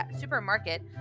Supermarket